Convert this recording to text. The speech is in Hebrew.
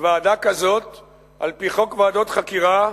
ועדה כזאת על-פי חוק ועדות חקירה,